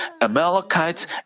Amalekites